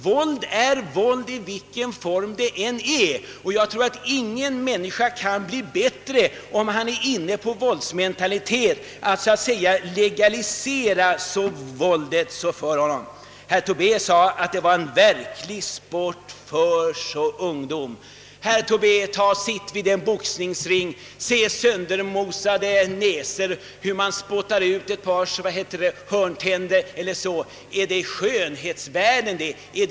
Våld är våld i vilken form det än utövas, och jag tror inte att någon människa med våldsmentalitet blir bättre av att våldet legaliseras. Herr Tobé sade att boxning är en verklig sport för ungdom. Att sitta vid en boxningsring och titta på söndermosade näsor och se hur boxarna spottar ut ett par hörntänder — är det skönhetsvärden, är det vackert?